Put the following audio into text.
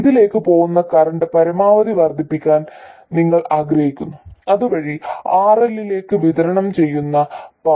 ഇതിലേക്ക് പോകുന്ന കറന്റ് പരമാവധി വർദ്ധിപ്പിക്കാൻ നിങ്ങൾ ആഗ്രഹിക്കുന്നു അതുവഴി RL ലേക്ക് വിതരണം ചെയ്യുന്ന പവർ